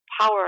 power